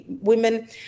women